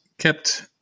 Kept